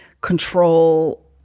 control